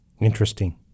Interesting